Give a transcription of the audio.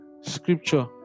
scripture